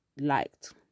liked